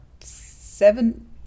seven